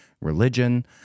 religion